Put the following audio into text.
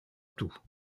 tout